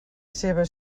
seva